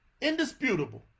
indisputable